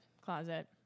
closet